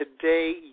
today